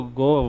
go